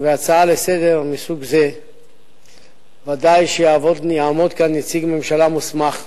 שבהצעה לסדר-היום מסוג זה ודאי שיעמוד כאן נציג ממשלה מוסמך,